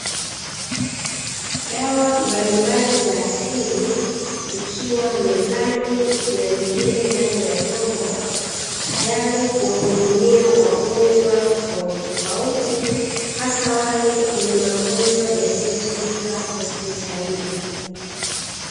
Dawa mbalimbali za asili zikiwa mezani na nyingine ndani ya vyombo, tayari kuwahudumia wagonjwa tofauti tofauti hasa wale wenye magonjwa yasiyotibika hospitalini.